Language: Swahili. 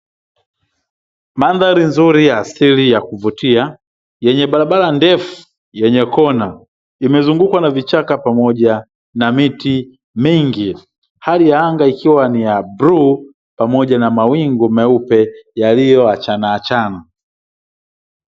Mandhari nzuri ya asili ya kuvutia yenye barabara ndefu yenye kona, imezungukwa na vichaka pamoja na miti mingi. Hali ya anga ikiwa ni ya bluu pamoja na mawingu meupe yaliyoachanaachana.